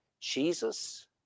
Jesus